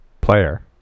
player